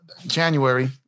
January